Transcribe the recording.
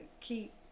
keep